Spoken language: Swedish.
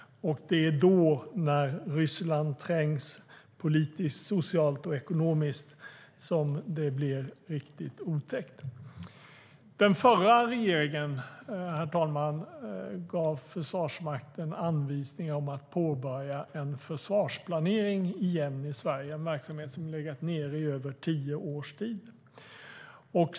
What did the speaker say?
Det är då, när Ryssland är trängt politiskt, socialt och ekonomiskt, som det blir riktigt otäckt. Den förra regeringen gav Försvarsmakten anvisning om att påbörja en försvarsplanering igen i Sverige, en verksamhet som legat nere i över tio års tid.